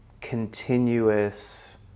continuous